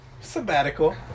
sabbatical